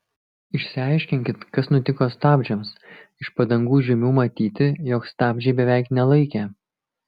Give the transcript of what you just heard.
išsiaiškinkit kas nutiko stabdžiams iš padangų žymių matyti jog stabdžiai beveik nelaikė